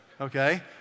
okay